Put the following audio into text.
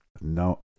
No